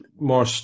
more